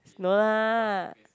no lah